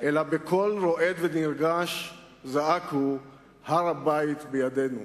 אלא בקול רועד ונרגש זעק הוא: "הר-הבית בידינו",